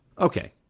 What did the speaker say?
Okay